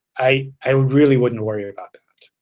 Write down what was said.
i i really wouldn't worry about that.